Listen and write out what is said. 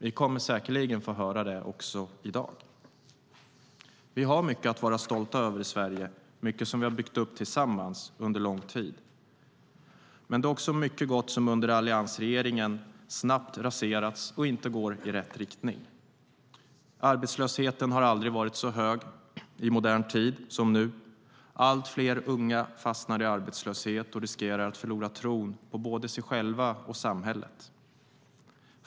Vi kommer säkerligen att få höra det också i dag. Vi har mycket att vara stolta över i Sverige, mycket som vi har byggt upp tillsammans under lång tid. Men det är också mycket gott som under alliansregeringen snabbt raserats och som inte går i rätt riktning. Arbetslösheten har aldrig varit så hög i modern tid som nu. Allt fler unga fastnar i arbetslöshet och riskerar att förlora tron på både sig själva och samhället.